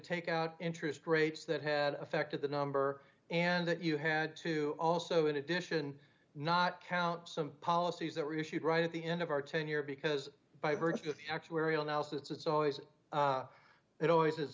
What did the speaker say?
take out interest rates that had affected the number and that you had to also in addition not count some policies that were issued right at the end of our ten year because by virtue of the actuarial now it's always it always is